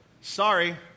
sorry